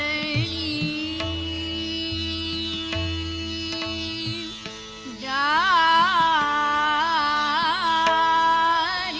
ea yeah ah